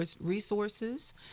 resources